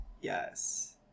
yes